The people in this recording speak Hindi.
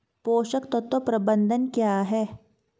पोषक तत्व प्रबंधन क्या है?